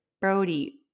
Brody